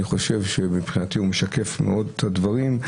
אני חושב שהוא משקף מאוד את הדברים.